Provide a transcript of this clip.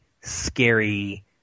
scary